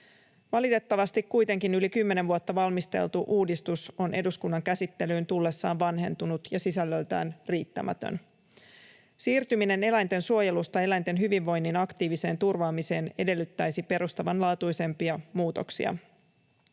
Valitettavasti kuitenkin yli kymmenen vuotta valmisteltu uudistus on eduskunnan käsittelyyn tullessaan vanhentunut ja sisällöltään riittämätön. Siirtyminen eläintensuojelusta eläinten hyvinvoinnin aktiiviseen turvaamiseen edellyttäisi perustavanlaatuisempia muutoksia.